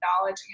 knowledge